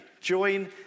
join